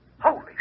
Holy